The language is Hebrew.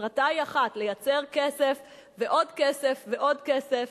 מטרתה היא אחת: לייצר כסף ועוד כסף ועוד כסף.